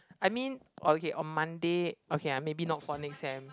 I mean or okay on Monday okay I maybe not for next sem